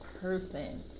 person